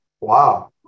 wow